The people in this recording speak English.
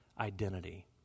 identity